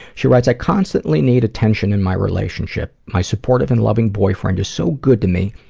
she writes, i constantly need attention in my relationship. my supportive and loving boyfriend is so good to me,